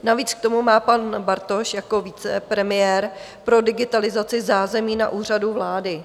Navíc k tomu má pan Bartoš jako vicepremiér pro digitalizaci zázemí na Úřadu vlády.